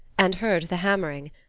and heard the hammering.